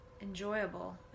enjoyable